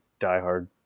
diehard